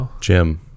Jim